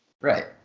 Right